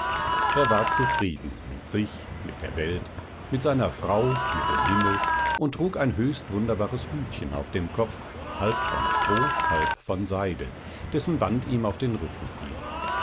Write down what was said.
er war zufrieden mit sich mit der welt mit seiner frau mit dem himmel und trug ein höchst wunderbares hütchen auf dem kopf halb von stroh halb von seide dessen band ihm auf den rücken fiel